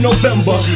November